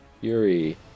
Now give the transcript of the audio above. Yuri